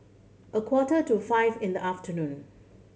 a quarter to five in the afternoon